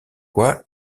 quoi